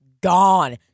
gone